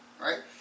right